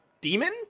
demon